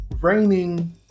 raining